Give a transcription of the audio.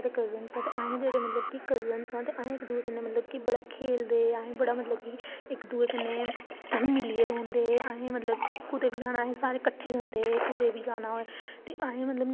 में तानिया शर्मा मेरा नां अस ग्रां दे रौहने आहले आं अस अज्ज दे बच्चे आं बो बहुत सारी खेला खेलदे आं कि अज्ज दे जमाने च बड़ा अडवांस होई गेदा ऐ जिसलै साढ़ा टाइम हा